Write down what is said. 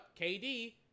KD